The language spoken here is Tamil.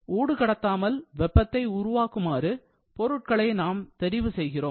ஊடு கடத்தாமல் வெப்பத்தை உருவாக்குமாறு பொருட்களை நாம் தெரிவு செய்கிறோம்